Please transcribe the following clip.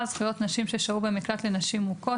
(זכויות נשים ששהו במקלט לנשים מוכות),